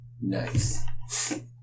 Nice